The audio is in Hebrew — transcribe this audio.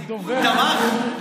הליכוד תמך?